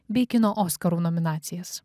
bei kino oskarų nominacijas